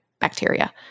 bacteria